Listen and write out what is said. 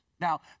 Now